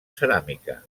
ceràmica